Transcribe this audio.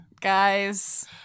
Guys